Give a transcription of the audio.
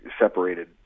separated